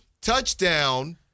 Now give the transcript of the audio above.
touchdown